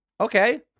Okay